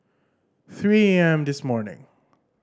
three A M this morning